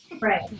Right